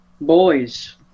Boys